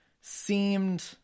seemed